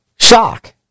shock